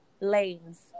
lanes